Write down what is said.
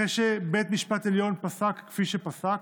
אחרי שבית המשפט העליון פסק כפי שפסק.